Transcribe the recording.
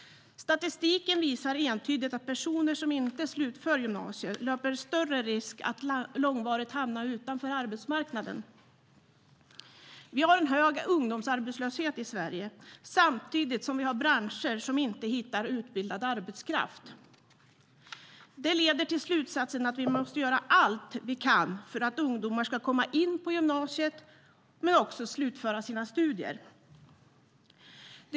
Statistiken visar entydigt att personer som inte slutför gymnasiestudierna löper större risk att långvarigt hamna utanför arbetsmarknaden. Vi har en hög ungdomsarbetslöshet i Sverige samtidigt som vi har branscher som inte hittar utbildad arbetskraft. Det leder till slutsatsen att vi måste göra allt vi kan för att ungdomar ska komma in på gymnasiet och också slutföra sina studier.